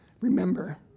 Remember